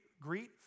Greet